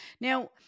Now